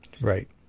Right